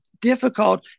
difficult